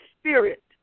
spirit